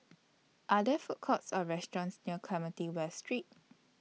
Are There Food Courts Or restaurants near Clementi West Street